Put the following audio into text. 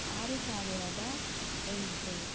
ಆರು ಸಾವಿರದ ಎಂಟು